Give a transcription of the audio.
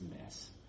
mess